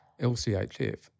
LCHF